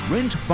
Rent